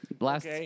last